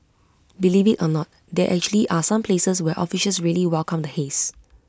believe IT or not there actually are some places where officials really welcome the haze